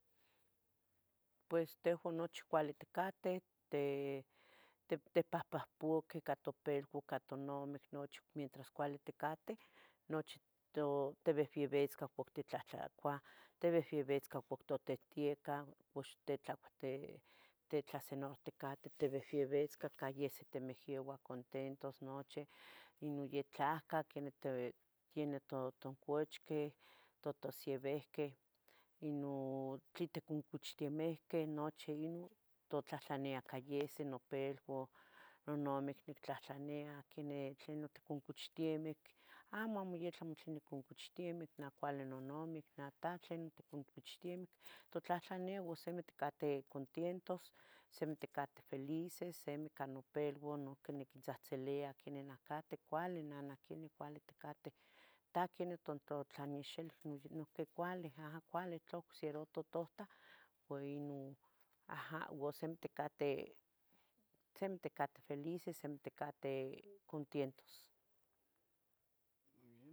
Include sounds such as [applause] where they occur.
Pues tehuan nochi cuali ticateh. Tepahpahpuquih ica topeluah, ica tonamic nochi, mientras cuali ticateh, nochi tivevevitzcah, uo titlahtlacuah, tivevevitzcah uo totiehtiecah, [hesitation] titlasenarohticateh, [noise] tivevevitzcah cayese timehyeva. contentos noche. Ino yatlahcah, quenih totocochqueh, totosiavihqueh inon tlen ticochtehtehmiqueh nochi inon, totlahtlania cayese, nopeluan, nonamic nictlahtlena. ¿Tlenoh ticoncochtemic? Amo yeh amo tlenon oniconcochtemic." Nah cuali nonamic. ¡Napáh tlenoh noticonchtemic? notlahtlania no simi ticateh contentos. Simi ticateh felices, semi ica nopeluan, niquintzahtzilia ¿quenih nancateh? Cuali nanah, quenah cuali ticateh ¿Tah quenih otomotlanexilih? Noyeuqui cualih ah caualih tla ocseguiroua totohtah. [hesitation] Simi ticateh felices, simi ticateh contientos.